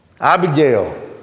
Abigail